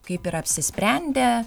kaip ir apsisprendę